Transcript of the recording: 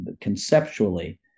conceptually